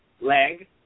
leg